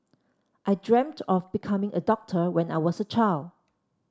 I dreamt of becoming a doctor when I was a child